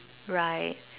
right